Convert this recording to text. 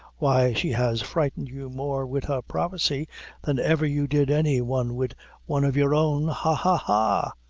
why, she has frightened you more wid her prophecy than ever you did any one wid one of your own. ha, ha, ha!